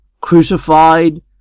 crucified